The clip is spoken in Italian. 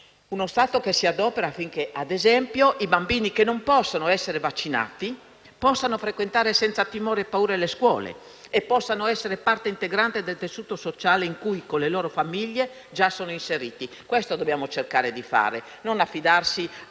Uno Stato che si adopera affinché, ad esempio, i bambini che non possono essere vaccinati possano frequentare senza timori e paure le scuole e possano essere parte integrante del tessuto sociale in cui, con le loro famiglie, già sono inseriti. Questo dobbiamo cercare di fare, non affidarci